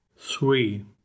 Three